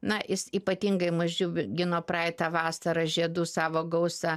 na jis ypatingai mus džiugino praeitą vasarą žiedų savo gausa